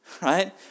right